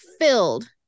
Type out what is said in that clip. filled